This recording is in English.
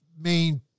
main